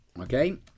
Okay